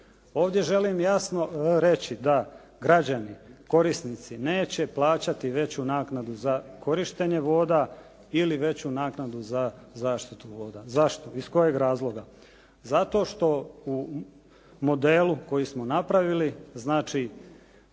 Ovdje želim jasno reći da građani, korisnici neće plaćati veću naknadu za korištenje voda ili veću naknadu za zaštitu voda. Zašto? Iz kojeg razloga? Zato što u modelu koji smo napravili znači